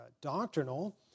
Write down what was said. doctrinal